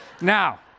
Now